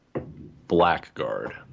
blackguard